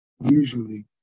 usually